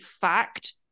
fact